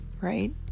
right